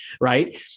Right